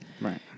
Right